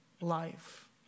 life